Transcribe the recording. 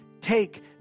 take